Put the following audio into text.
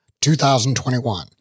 2021